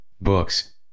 Books